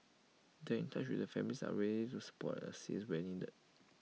they are in touch with the family are ready to support and assist where needed